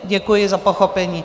Děkuji za pochopení.